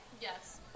Yes